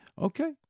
Okay